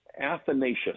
Athanasius